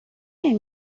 این